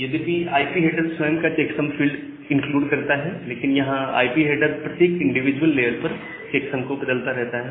यद्यपि IP header स्वयं का चेक्सम फील्ड इंक्लूड करता है लेकिन यही आईपी हेडर प्रत्येक इंडिविजुअल लेयर पर चेक्सम को बदलता रहता है